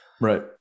Right